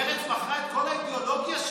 מרצ מכרה את כל האידיאולוגיה שלה.